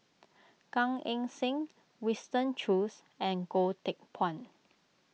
Gan Eng Seng Winston Choos and Goh Teck Phuan